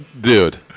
Dude